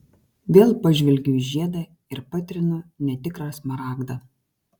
vėl pažvelgiu į žiedą ir patrinu netikrą smaragdą